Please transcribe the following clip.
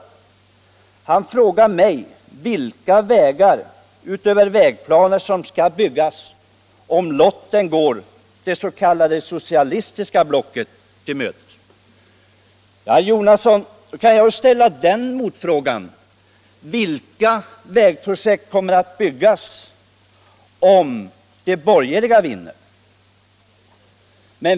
En av Bertil Jonassons frågor gällde vilka vägar utöver de i vägplanen upptagna som skall byggas om lotten gynnar det s.k. socialistiska blocket. Ja, herr Jonasson, då kan jag väl ställa den motfrågan: Vilka vägprojekt kommer att utföras om de borgerliga vinner?